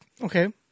Okay